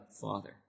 Father